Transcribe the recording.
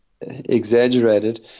exaggerated